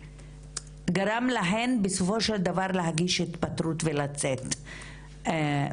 גרם להן בסופו של דבר להגיש את התפטרותן ולצאת מהמערכת,